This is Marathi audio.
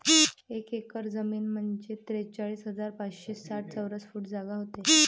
एक एकर जमीन म्हंजे त्रेचाळीस हजार पाचशे साठ चौरस फूट जागा व्हते